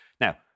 Now